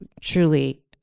truly